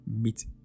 meet